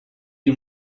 you